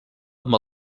amb